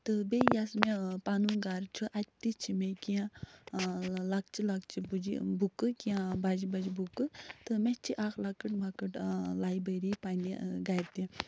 تہٕ بیٚیہ یَس مےٚ پنُن گَرٕ چھُ اَتہِ چھِ مےٚ کیٚنٛہہ لۄکچہِ لۄکچہِ بٕجہِ بُکہٕ کیٚنٛہہ بجہِ بجہِ بُکہٕ تہٕ مےٚ چھِ اکھ لۄکٕٹ مۄکٕٹ لایبیری پنٛنہِ گَرِ تہِ